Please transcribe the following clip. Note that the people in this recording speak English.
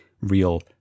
real